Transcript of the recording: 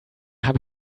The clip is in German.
habe